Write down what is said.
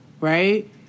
right